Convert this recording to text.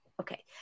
Okay